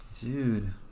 Dude